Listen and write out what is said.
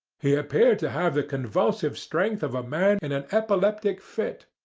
he appeared to have the convulsive strength of a man in an epileptic fit.